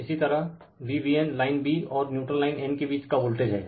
Refer Slide Time 1017 इसी तरह Vbn line b और न्यूट्रल लाइन n के बीच का वोल्टेज हैं